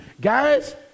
guys